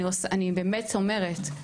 אני באמת אומרת,